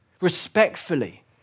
respectfully